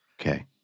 Okay